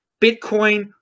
Bitcoin